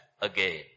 again